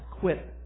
quit